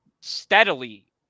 steadily